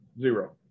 Zero